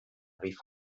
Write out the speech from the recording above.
rief